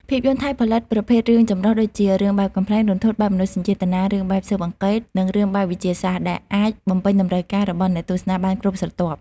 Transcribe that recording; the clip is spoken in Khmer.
ភាពយន្តថៃផលិត ប្រភេទរឿងចម្រុះ ដូចជា រឿងបែបកំប្លែង រន្ធត់ បែបមនោសញ្ចេតនា រឿងបែបស៊ើបអង្កេត និងរឿងបែបវិទ្យាសាស្ត្រ ដែលអាចបំពេញតម្រូវការរបស់អ្នកទស្សនាបានគ្រប់ស្រទាប់។